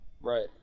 right